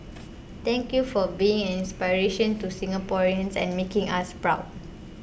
thank you for being an inspiration to Singaporeans and making us proud